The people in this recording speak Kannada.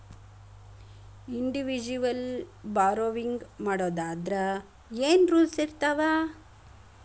ಇಂಡಿವಿಜುವಲ್ ಬಾರೊವಿಂಗ್ ಮಾಡೊದಾದ್ರ ಏನ್ ರೂಲ್ಸಿರ್ತಾವ?